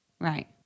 Right